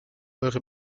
eure